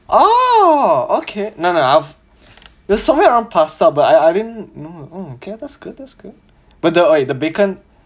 oh okay no no there somewhere around pasta but I I didn't mm mm okay that's good that's good but the the bacon